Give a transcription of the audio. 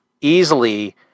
easily